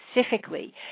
specifically